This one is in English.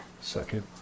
Second